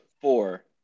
four